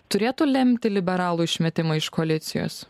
turėtų lemti liberalų išmetimą iš koalicijos